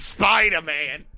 Spider-Man